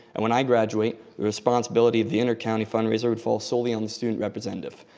and when i graduate, the responsibility of the inter county fundraiser would fall solely on the student representative.